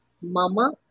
MAMA